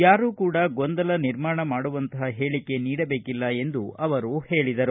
ಯಾರೂ ಕೂಡ ಗೊಂದಲ ನಿರ್ಮಾಣ ಮಾಡುವಂಥ ಹೇಳಿಕೆ ನೀಡಬೇಕಿಲ್ಲ ಎಂದು ಅವರು ಹೇಳಿದರು